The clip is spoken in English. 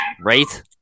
Right